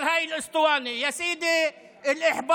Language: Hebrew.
חבר הכנסת טיבי, קצת בעברית.